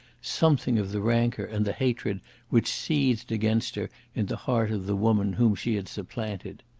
something of the rancour and the hatred which seethed against her in the heart of the woman whom she had supplanted.